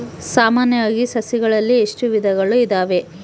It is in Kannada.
ಸಾಮಾನ್ಯವಾಗಿ ಸಸಿಗಳಲ್ಲಿ ಎಷ್ಟು ವಿಧಗಳು ಇದಾವೆ?